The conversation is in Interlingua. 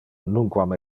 nunquam